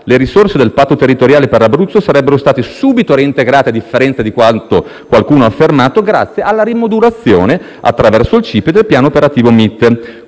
le risorse del Patto territoriale per l'Abruzzo sarebbero state subito reintegrate (a differenza di quanto qualcuno ha affermato) grazie alla rimodulazione, attraverso il CIPE, del piano operativo MIT.